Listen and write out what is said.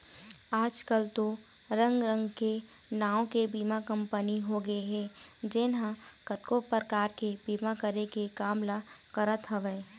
आजकल तो रंग रंग के नांव के बीमा कंपनी होगे हे जेन ह कतको परकार के बीमा करे के काम ल करत हवय